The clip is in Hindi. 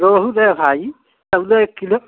रोहू दै भाई तउल एक किलो